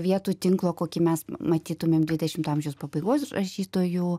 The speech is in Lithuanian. vietų tinklo kokį mes matytumėm dvidešimto amžiaus pabaigos rašytojų